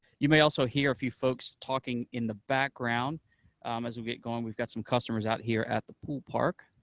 you may also hear a few folks talking in the background as we get going. we've got some customers out here at the pool park,